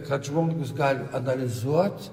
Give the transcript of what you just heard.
kad žmogus gali analizuot